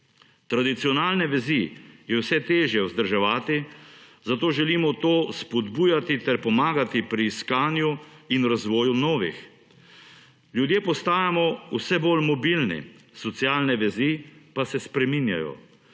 Tradicionalne vezi je vse težje vzdrževati, zato želimo to spodbujati ter pomagati pri iskanju in razvoju novih. Ljudje postajamo vse bolj mobilni, socialne vezi pa se spreminjajo.